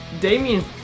Damien